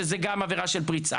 שזה גם עבירה של פריצה,